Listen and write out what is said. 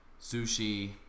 sushi